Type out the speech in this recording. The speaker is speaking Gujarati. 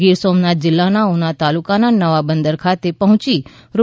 ગીર સોમનાથ જિલ્લાના ઉના તાલુકાનાં નવાબંદર ખાતે પહોંચી રૂ